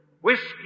whiskey